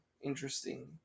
interesting